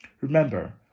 Remember